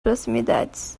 proximidades